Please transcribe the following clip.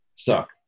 suck